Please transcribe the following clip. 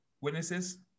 witnesses